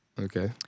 Okay